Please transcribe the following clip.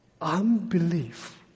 unbelief